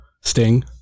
sting